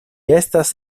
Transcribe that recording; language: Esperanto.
estas